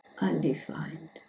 undefined